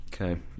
Okay